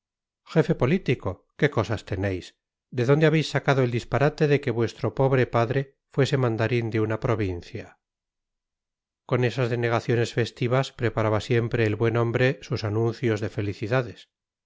jefe político qué cosas tenéis de dónde habéis sacado el disparate de que vuestro pobre padre fuese mandarín de una provincia con estas denegaciones festivas preparaba siempre el buen hombre sus anuncios de felicidades